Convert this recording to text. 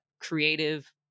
creative